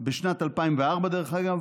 בשנת 2004, דרך אגב